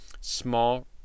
small